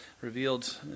revealed